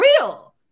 real